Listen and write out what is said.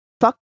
fuck